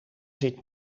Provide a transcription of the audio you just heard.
zit